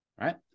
Right